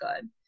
good